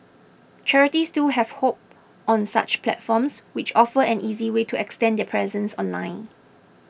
charities too have hopped on such platforms which offer an easy way to extend their presence online